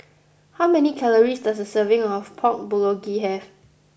how many calories does a serving of Pork Bulgogi have